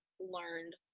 learned